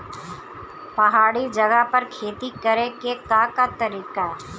पहाड़ी जगह पर खेती करे के का तरीका बा?